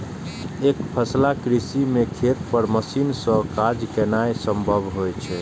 एकफसला कृषि मे खेत पर मशीन सं काज केनाय संभव होइ छै